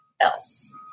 else